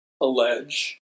allege